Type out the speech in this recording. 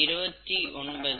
29 kgm3